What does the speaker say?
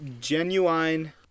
genuine